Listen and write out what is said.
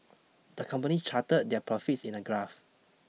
the company charted their profits in a graph